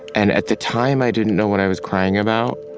and at the time, i didn't know what i was crying about.